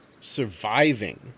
Surviving